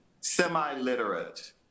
semi-literate